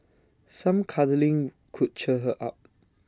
some cuddling could cheer her up